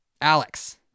Alex